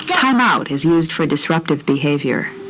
timeout is used for disruptive behavior.